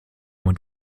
mit